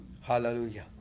Hallelujah